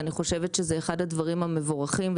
אני חושבת שזה אחד הדברים המבורכים,